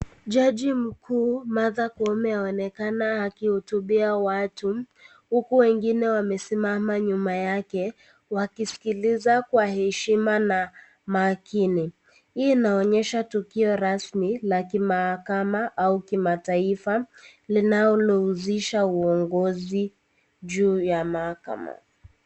Jaji mkuu Martha Koome aonekana akihutubia watu huku wengine wamesimama nyuma yake wakiskiliza kwa heshima na makini, hii inaonesha tukio rasmi la kimahakama au kimataifa linalohusisha uongozi juu ya mahakama.